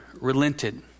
relented